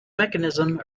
mechanism